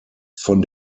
von